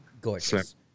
Gorgeous